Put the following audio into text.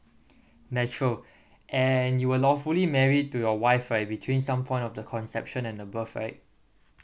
natural and you were lawfully married to your wife right between some point of the conception and the birth right